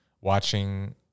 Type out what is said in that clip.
watching